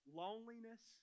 loneliness